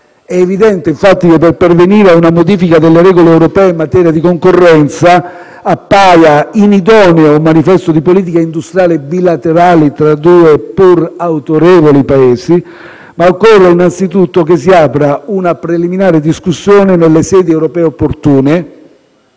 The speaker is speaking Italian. È evidente infatti che per pervenire a una modifica delle regole europee in materia di concorrenza appaia inidoneo un manifesto di politica industriale bilaterale tra due pur autorevoli Paesi, ma occorre innanzitutto che si apra una preliminare discussione nelle sedi europee opportune,